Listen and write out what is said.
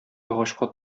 агачка